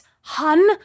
hun